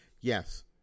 Yes